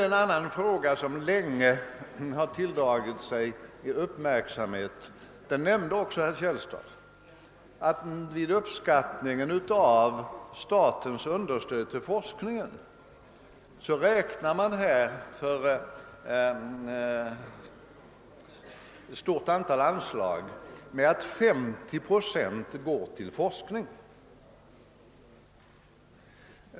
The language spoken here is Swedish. En annan fråga som länge har tilldragit sig uppmärksamhet — den nämnde även herr Källstad — är att vid uppskattningen av statens understöd till forskning räknar man med att 50 pro cent av ett antal anslag går till forskning.